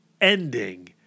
ending